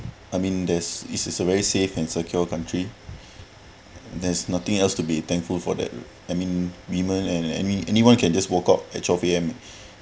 I mean that's is a very safe and secure country there's nothing else to be thankful for that I mean women and any anyone can just woke up at twelve P_M